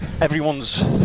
everyone's